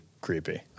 creepy